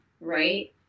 right